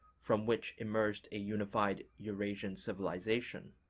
from which emerged a unified eurasian civilization.